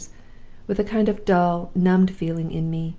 with a kind of dull, numbed feeling in me,